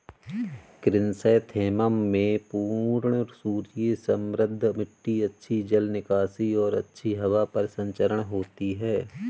chrysanthemum में पूर्ण सूर्य समृद्ध मिट्टी अच्छी जल निकासी और अच्छी हवा परिसंचरण होती है